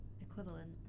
equivalent